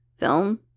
film